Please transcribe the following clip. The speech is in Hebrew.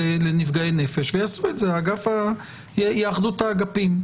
לנפגעי נפש ויאחדו את האגפים.